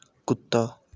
ਕੁੱਤਾ